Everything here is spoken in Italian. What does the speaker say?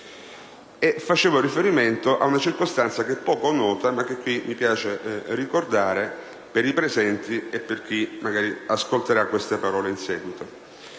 allora riferimento a una circostanza che è poco nota e che mi piace ricordare, per i presenti e per chi ascolterà queste parole in seguito: